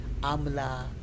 Amla